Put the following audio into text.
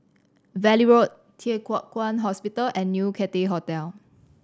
Valley Road Thye Hua Kwan Hospital and New Cathay Hotel